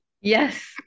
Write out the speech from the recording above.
Yes